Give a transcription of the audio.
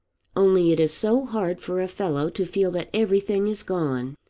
only it is so hard for a fellow to feel that everything is gone.